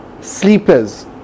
Sleepers